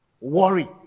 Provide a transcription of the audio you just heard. Worry